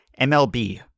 MLB